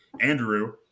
Andrew